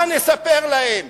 מה נספר להם?